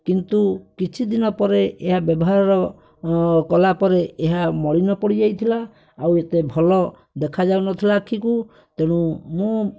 କିନ୍ତୁ କିଛିଦିନ ପରେ ଏହା ବ୍ୟବହାର କଲାପରେ ଏହା ମଳିନ ପଡ଼ିଯାଇଥିଲା ଆଉ ଏତେ ଭଲ ଦେଖାଯାଉନଥିଲା ଆଖିକୁ ତେଣୁ ମୁଁ